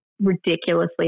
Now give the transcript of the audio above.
ridiculously